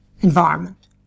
environment